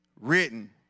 written